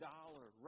Dollar